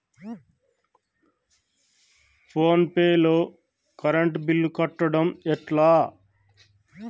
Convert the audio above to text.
Phone pay లో current bill కట్టడం ఎట్లా?